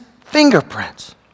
fingerprints